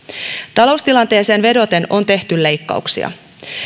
taloustilanteeseen vedoten on tehty leikkauksia